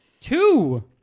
Two